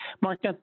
Mark